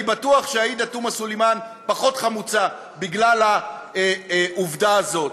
אני בטוח שעאידה תומא סלימאן פחות חמוצה בגלל העובדה הזאת.